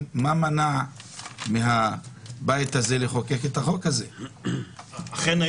הרי מה מנע מהבית הזה לחוקק את החוק הזה עד עכשיו?